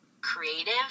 creative